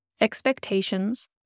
Expectations